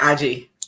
IG